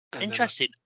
Interesting